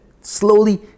slowly